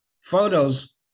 photos